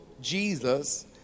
Jesus